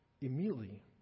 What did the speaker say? immediately